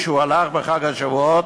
שהוא הלך בחג השבועות,